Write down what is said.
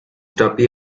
tuppy